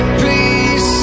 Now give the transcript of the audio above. please